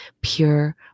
pure